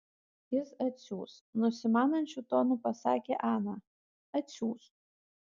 jis atsiųs nusimanančiu tonu pasakė ana atsiųs